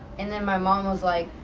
and then my mom was like,